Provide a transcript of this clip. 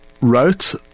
wrote